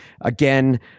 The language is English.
Again